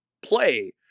play